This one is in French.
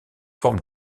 forme